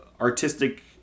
artistic